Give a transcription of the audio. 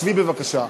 שבי בבקשה.